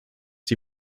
die